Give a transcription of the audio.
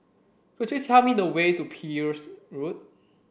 could you tell me the way to Peel road